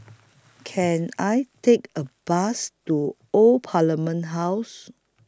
Can I Take A Bus to Old Parliament House